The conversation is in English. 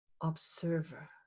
observer